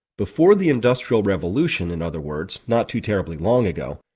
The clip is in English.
before the industrial revolution, in other words not too terribly long ago,